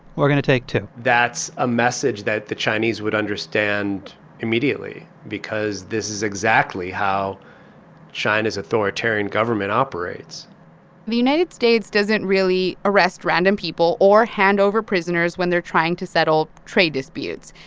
we're going to take two that's a message that the chinese would understand immediately because this is exactly how china's authoritarian government operates the united states doesn't really arrest random people or hand over prisoners when they're trying to settle trade disputes.